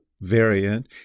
variant